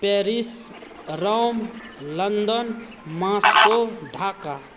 Paris Rome London Moscow Dhaka